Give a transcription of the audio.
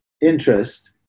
interest